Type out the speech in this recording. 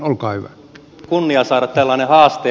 on kunnia saada tällainen haaste